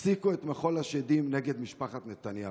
הפסיקו את מחול השדים נגד משפחת נתניהו.